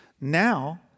now